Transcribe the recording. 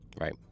Right